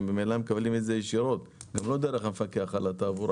ממילא מקבלים את זה ישירות ולא דרך המפקח על התעבורה.